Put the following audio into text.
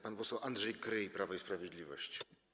Pan poseł Andrzej Kryj, Prawo i Sprawiedliwość.